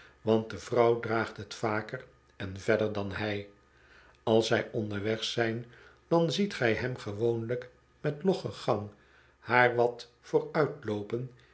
want de vrouw draagt het vaker en verder dan hij als zij onderweg zijn dan ziet gij hem gewoonlijk met loggen gang haar wat